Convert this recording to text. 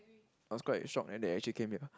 I was quite shocked when they actually came here